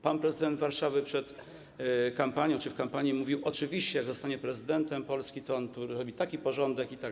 Pan prezydent Warszawy przed kampanią czy w trakcie kampanii mówił, że oczywiście jak zostanie prezydentem Polski, to zrobi tu porządek itd.